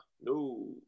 No